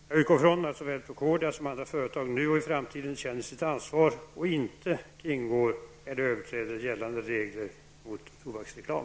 Jag utgår från att såväl Procordia som andra företag nu och i framtiden känner sitt ansvar och inte kringgår eller överträder gällande regler mot tobaksreklam.